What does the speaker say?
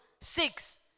Six